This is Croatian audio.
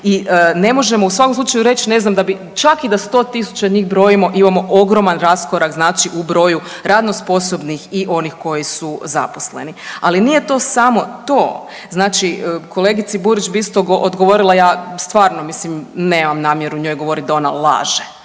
i ne možemo u svakom slučaju reći ne znam da bi čak i da 100.000 njih brojimo imamo ogroman raskorak znači u broju radno sposobnih i onih koji su zaposleni. Ali nije to samo to, znači kolegici Burić bi isto odgovorila, ja stvarno nemam namjeru njoj govoriti da ona laže,